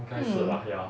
hmm